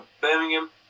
Birmingham